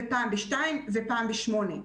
פעם ב -14:00 ופעם ב-8:00'.